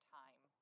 time